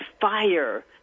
fire